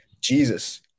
Jesus